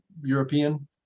European